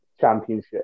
championship